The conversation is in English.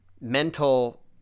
mental